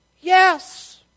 Yes